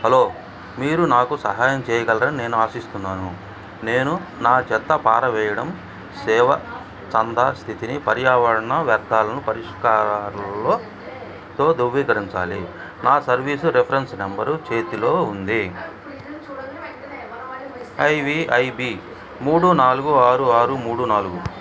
hello మీరు నాకు సహాయం చేయగలరని నేను ఆశిస్తున్నాను నేను నా చెత్త పారవేయడం సేవ చందా స్థితిని పర్యావరణ వ్యర్దాలను పరిష్కారంతో ధృవీకరించాలి నా సర్వీస్ రిఫరెన్స్ నంబరు చేతిలో ఉంది ఐవిఐబి మూడు నాలుగు ఆరు ఆరు మూడు నాలుగు